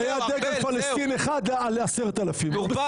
גם היה דגל פלסטין אחד על 10,000, נו אז מה?